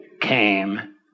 came